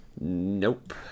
Nope